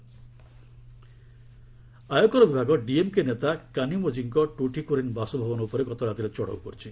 DMK raid ଆୟକର ବିଭାଗ ଡିଏମ୍କେ ନେତା କାନିମୋଜିଙ୍କ ଟୁଟିକୋରିନ୍ ବାସଭବନ ଉପରେ ଗତରାତିରେ ଚଢ଼ଉ କରିଛି